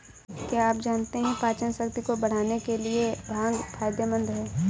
क्या आप जानते है पाचनशक्ति को बढ़ाने के लिए भांग फायदेमंद है?